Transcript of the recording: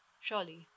surely